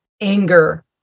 anger